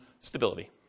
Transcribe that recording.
stability